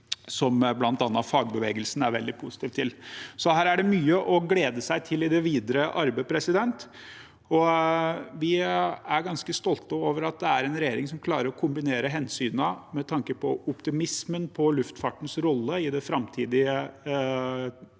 noe bl.a. fagbevegelsen er veldig positiv til. Her er det mye å glede seg til i det videre arbeidet. Vi er ganske stolte over at det er en regjering som klarer å kombinere hensynene – med tanke på optimismen rundt luftfartens rolle i det framtidige Norge.